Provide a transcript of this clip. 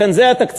לכן זה התקציב.